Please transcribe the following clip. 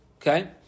Okay